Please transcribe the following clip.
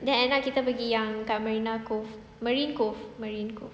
then end up kita pergi yang kat marina cove marine cove marine cove